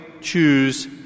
choose